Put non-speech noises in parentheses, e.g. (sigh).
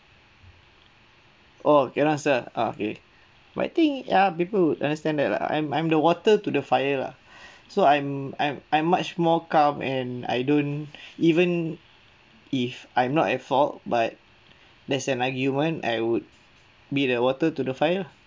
oh cannot sir okay but I think ya people would understand that lah I'm I'm the water to the fire lah (breath) so I'm I'm I'm much more calm and I don't even if I'm not at fault but there's an argument I would be the water to the fire